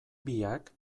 biak